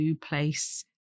place